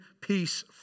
peace